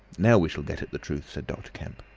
now we shall get at the truth, said dr. kemp.